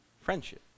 friendship